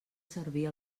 servir